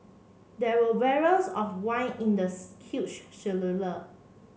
there were barrels of wine in the huge